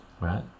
right